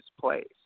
place